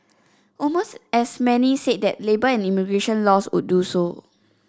almost as many said that labour and immigration laws would do so